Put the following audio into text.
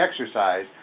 exercise